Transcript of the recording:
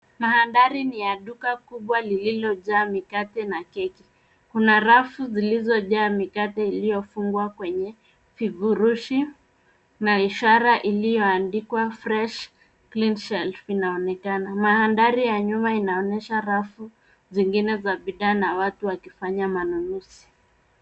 Mandhari ni ya duka kubwa liliojaa mikate na keki. Kuna rafu zilizojaa mikate iliyofungwa kwenye vifurushi na ishara iliyoandikwa Fresh Cleanshelf inaonekana. Mandhari ya nyuma inaonyesha rafu zingine za bidhaa na watu wakifanya manunuzi.